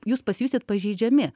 jūs pasijusit pažeidžiami